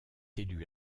élus